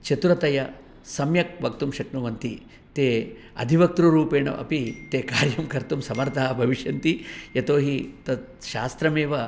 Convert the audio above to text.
चतुरतया सम्यक् वक्तुं शक्नुवन्ति ते अधिकवक्तृरूपेण अपि ते कार्यं कर्तुं समर्थाः भविष्यन्ति यतो हि तत् शास्त्रमेव